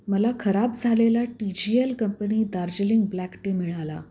मला खराब झालेला T G L company Darjeeling black tea मिळाला